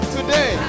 Today